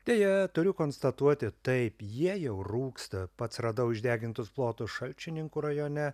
deja turiu konstatuoti taip jie jau rūksta pats radau išdegintus plotus šalčininkų rajone